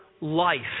life